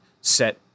set